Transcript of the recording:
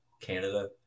Canada